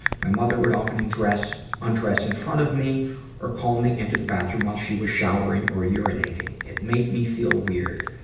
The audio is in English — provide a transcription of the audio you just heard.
my mother would often undress undress in front of me or call me into the bathroom while she was showering or urinating. it made me feel weird.